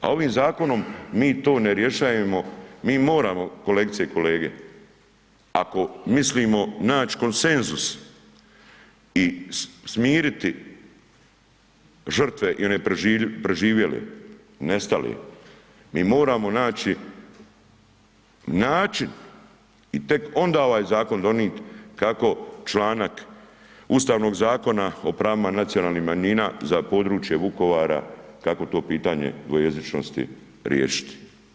A ovim zakonom mi to ne rješavamo, mi moramo kolegice i kolege ako mislimo nać konsenzus i smiriti žrtve i nepreživjele, nestale, mi moramo naći način i tek onda ovaj zakon donijeti kako članak Ustavnog zakona o pravima nacionalnih manjina za područje Vukovara, kako to pitanje dvojezičnosti riješiti.